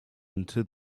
into